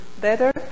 better